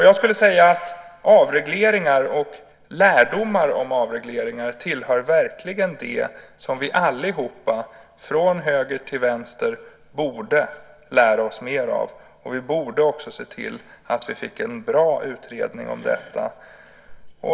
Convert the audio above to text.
Jag skulle vilja säga att avregleringar och lärdomar om avregleringar verkligen tillhör det som vi allihop, från höger till vänster, borde ta till oss mer av. Vi borde också se till att vi får en bra utredning om detta.